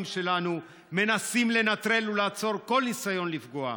שלנו מנסים לנטרל ולעצור כל ניסיון לפגוע,